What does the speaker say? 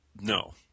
No